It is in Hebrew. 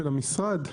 של המשרד,